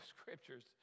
scriptures